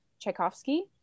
Tchaikovsky